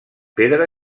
pedra